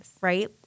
right